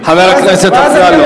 מי היה יושב-ראש ועדת הכספים?